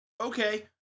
okay